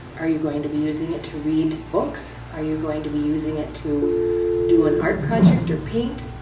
are you going to be using it to read books? are you going to be using it to do an art project or paint?